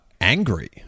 angry